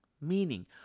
Meaning